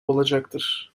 olacaktır